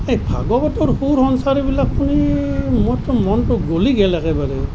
এই ভাগৱতৰ সুৰ সংস্কাৰবিলাক শুনি মোৰতো মনটো গলি গ'ল একেবাৰে